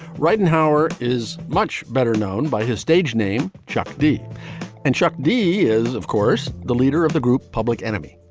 right. and hower is much better known by his stage name, chuck d and chuck d is, of course, the leader of the group public enemy.